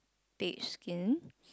beige skin